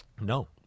No